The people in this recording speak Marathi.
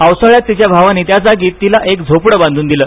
पावसाळ्यात तिच्या भावांनी त्याजागी तिला एक झोपडं बांधून दिल